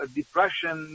depression